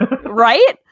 Right